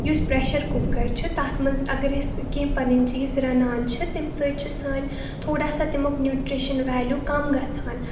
یُس pressure cooker چھُ تَتھ منٛز اگر أسۍ کینٛہہ پَنٕنۍ چیٖز رَنان چھِ تمہِ سۭتۍ چھِ سٲنۍ تھوڑا سا تمیُک نیوٗٹِرٛشَن ویلیوٗ کَم گَژھان